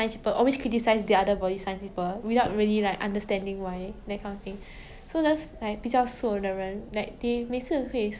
but then it's like what you say it's 不健康 like just now you say they should not encourage obesity but no one should encourage like being severely skinny yourself